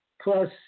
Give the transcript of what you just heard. plus